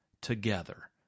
together